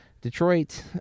Detroit